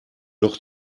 noch